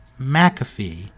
McAfee